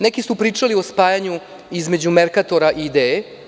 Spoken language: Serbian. Neki su pisali o spajanju između „Merkatora“ i „Idee“